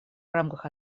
рамках